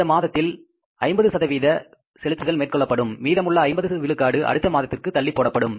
இந்த மாதத்தில் 50 சதவீத செலுத்துதல் மேற்கொள்ளப்படும் மீதமுள்ள 50 விழுக்காடு அடுத்த மாதத்திற்கு தள்ளி போடப்படும்